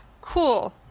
Cool